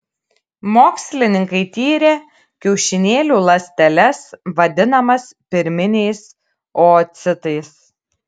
mokslininkai tyrė kiaušinėlių ląsteles vadinamas pirminiais oocitais